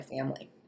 family